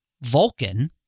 Vulcan